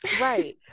right